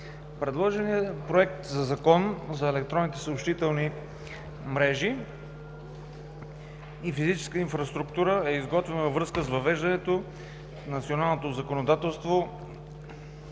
Предложеният Законопроект за електронните съобщителни мрежи и физическа инфраструктура е изготвен във връзка с въвеждането в националното законодателство